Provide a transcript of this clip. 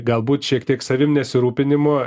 galbūt šiek tiek savim nesirūpinimo